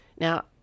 Now